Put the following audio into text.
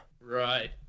Right